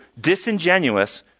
Disingenuous